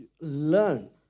learn